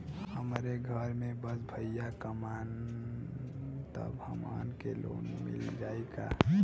हमरे घर में बस भईया कमान तब हमहन के लोन मिल जाई का?